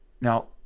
Now